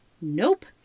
Nope